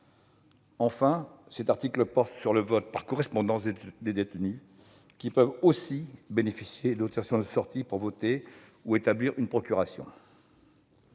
Enfin, cet article concerne le vote par correspondance des détenus, qui peuvent aussi bénéficier d'une autorisation de sortie pour voter ou établir une procuration.